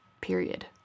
period